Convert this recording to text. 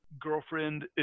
girlfriend